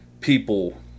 people